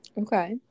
Okay